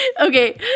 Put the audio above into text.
Okay